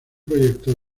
proyecto